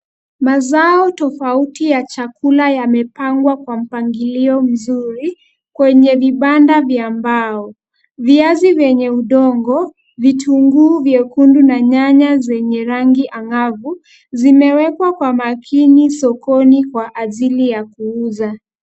Mazao tofauti ya chakula yamepangwa kwa mpangilio mzuri kwenye vibanda vya mbao. Viazi vyenye udongo, vitunguu vyekundu na nyanya zenye rangi angavu, zimewekwa kwa makini sokoni kwa ajili ya kuuza.